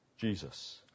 Jesus